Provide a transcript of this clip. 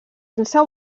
sense